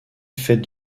fait